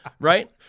Right